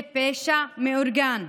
זה פשע מאורגן,